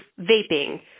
vaping